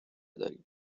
داریم